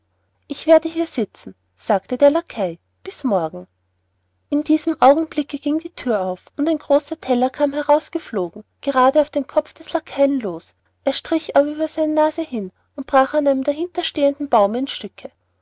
ich werde hier sitzen sagte der lackei bis morgen in diesem augenblicke ging die thür auf und ein großer teller kam heraus geflogen gerade auf den kopf des lackeien los er strich aber über seine nase hin und brach an einem der dahinterstehenden bäume in stücke